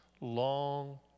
long